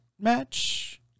match